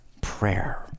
prayer